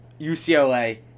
UCLA